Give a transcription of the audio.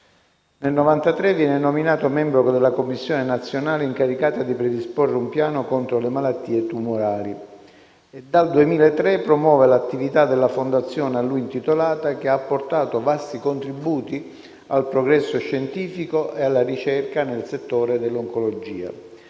Nel 1993 viene nominato membro della commissione nazionale incaricata di predisporre un piano contro le malattie tumorali e dal 2003 promuove l'attività della Fondazione a lui intitolata, che ha portato vasti contributi al progresso scientifico e alla ricerca nel settore dell'oncologia,